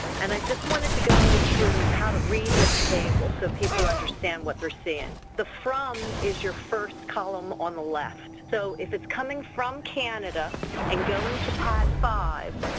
and i just wanted to go through how to read this table, so people understand what they're seeing. the from is your first column on the left, so if it's coming from canada canada and going to padd five,